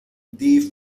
die